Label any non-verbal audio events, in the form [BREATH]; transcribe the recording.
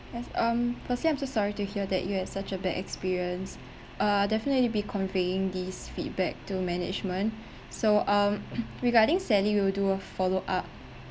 yes um per say I'm so sorry to hear that you had such a bad experience uh I'll definitely be conveying these feedback to management [BREATH] so um [COUGHS] regarding sally we will do a follow up